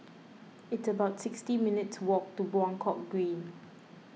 it's about sixty minutes' walk to Buangkok Green